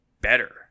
better